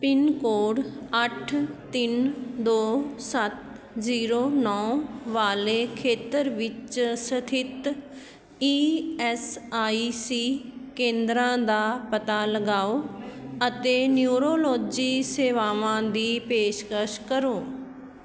pin code ਅੱਠ ਤਿੰਨ ਦੋ ਸੱਤ ਜੀਰੋ ਨੌ ਵਾਲੇ ਖੇਤਰ ਵਿੱਚ ਸਥਿਤ ਈ ਐੱਸ ਆਈ ਸੀ ਕੇਂਦਰਾਂ ਦਾ ਪਤਾ ਲਗਾਉ ਅਤੇ ਨਿਊਰੋਲੋਜੀ ਸੇਵਾਵਾਂ ਦੀ ਪੇਸ਼ਕਸ਼ ਕਰੋ